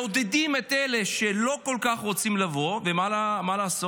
מעודדים את אלה שלא כל כך רוצים לבוא, ומה לעשות?